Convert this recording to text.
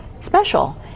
special